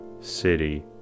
City